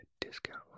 discount